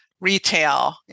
Retail